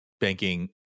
banking